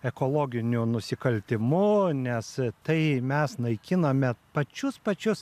ekologiniu nusikaltimu nes tai mes naikiname pačius pačius